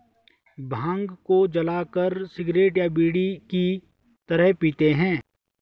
भांग को जलाकर सिगरेट या बीड़ी की तरह पीते हैं